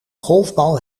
golfbal